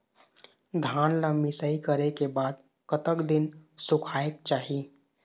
धान ला मिसाई करे के बाद कतक दिन सुखायेक चाही?